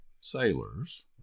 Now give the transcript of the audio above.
sailors